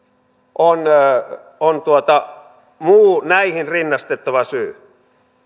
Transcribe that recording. tai on muu näihin rinnastettava syy